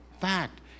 Fact